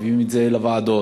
מביאים את זה לוועדות,